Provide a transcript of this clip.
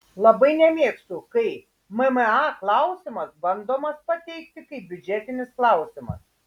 labai nemėgstu kai mma klausimas bandomas pateikti kaip biudžetinis klausimas